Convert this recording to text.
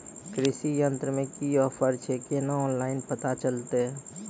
कृषि यंत्र मे की ऑफर छै केना ऑनलाइन पता चलतै?